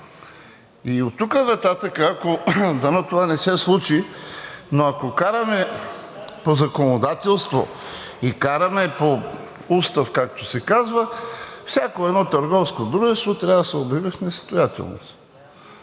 И оттук нататък, дано това не се случи, но ако караме по законодателство и караме по устав, както се казва, всяко едно търговско дружество трябва да се обяви в несъстоятелност